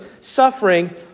suffering